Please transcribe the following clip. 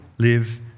Live